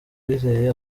uwizeye